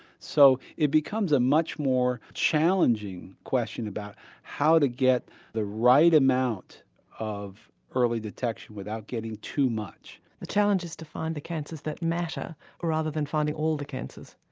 so it becomes a much more challenging question about how to get the right amount of early detection without getting too much. the challenge is to find the cancers that matter rather than finding all the cancers.